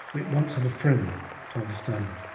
we at once have a framework to understand them.